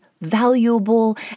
valuable